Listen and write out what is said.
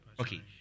Okay